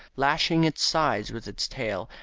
lashing its sides with its tail,